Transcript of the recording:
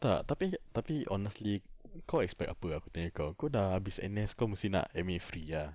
tak tapi tapi honestly kau expect apa aku tanya engkau kau dah habis N_S kau mesti nak admit free ah